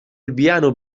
البيانو